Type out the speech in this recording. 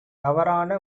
தவறான